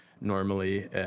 normally